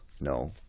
no